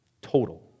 total